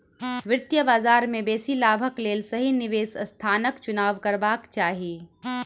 वित्तीय बजार में बेसी लाभक लेल सही निवेश स्थानक चुनाव करबाक चाही